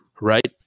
Right